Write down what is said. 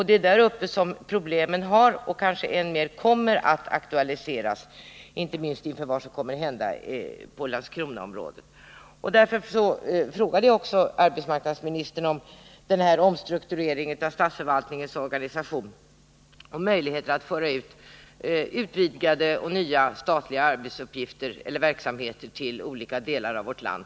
Det är där uppe som problemen har aktualiserats och kanske än mer kommer att göra sig gällande, inte minst efter vad som kommer att hända inom Landskronaområdet. Därför frågade jag också arbetsmarknadsministern om omstruktureringen av statsförvaltningens organisation och möjligheterna att föra ut nya och utvidgade statliga verksamheter till olika delar av vårt land.